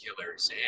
killers